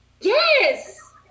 Yes